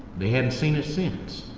they hadn't seen her since.